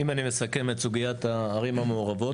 אם אני מסכם את סוגיית הערים המעורבות,